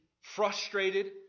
frustrated